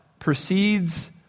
Proceeds